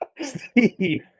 steve